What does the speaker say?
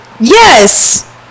yes